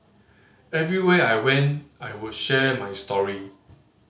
everywhere I went I would share my story